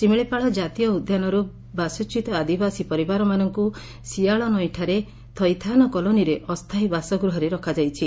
ଶିମିଳିପାଳ ଜାତୀୟ ଉଦ୍ୟାନରୁ ବାସଚ୍ୟୁତ ଆଦିବାସୀ ପରିବାରମାନଙ୍ଙୁ ଶିଆଳନଈଠାରେ ଥଇଥାନ କଲୋନିରେ ଅସ୍ତାୟୀ ବାସଗୃହରେ ରଖାଯାଇଛି